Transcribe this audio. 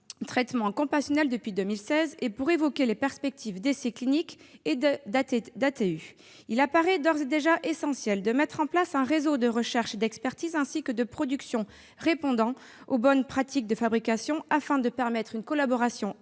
traitement compassionnel depuis 2016 et pour évoquer les perspectives d'essais cliniques et d'ATU. Il apparaît d'ores et déjà essentiel de mettre en place un réseau de recherche et d'expertise ainsi que de production répondant aux bonnes pratiques de fabrication afin de permettre une collaboration